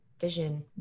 vision